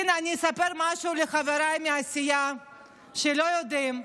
הינה אני אספר משהו לחבריי מהסיעה שהם לא יודעים.